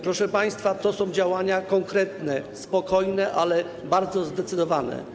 Proszę państwa, to są działania konkretne, spokojne, ale bardzo zdecydowane.